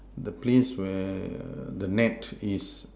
the place where err the net is